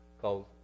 called